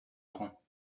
francs